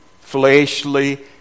fleshly